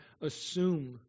assume